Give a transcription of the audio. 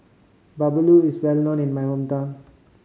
Bahulu is well known in my hometown